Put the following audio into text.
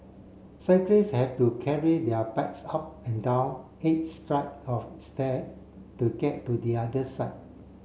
cyclist have to carry their bikes up and down eight of stair to get to the other side